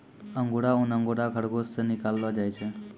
अंगुरा ऊन अंगोरा खरगोस से निकाललो जाय छै